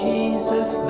Jesus